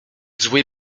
zły